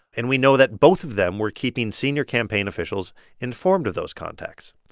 and we know that both of them were keeping senior campaign officials informed of those contacts.